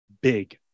big